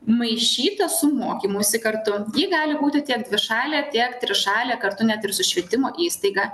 maišyta su mokymusi kartu ji gali būti tiek dvišalė tiek trišalė kartu net ir su švietimo įstaiga